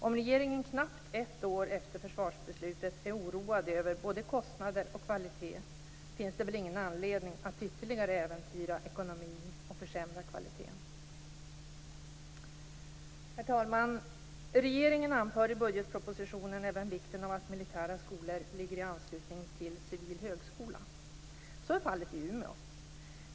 Om regeringen knappt ett år efter försvarsbeslutet är oroad över både kostnader och kvalitet finns det väl ingen anledning att ytterligare äventyra ekonomin och försämra kvaliteten. Herr talman! Regeringen anför i budgetpropositionen även vikten av att militära skolor ligger i anslutning till civil högskola. Så är fallet i Umeå.